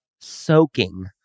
soaking